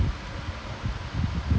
இரு இரு பார்க்குறேன்:iru iru paakkuraen